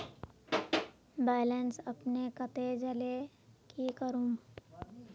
Balance अपने कते जाले की करूम?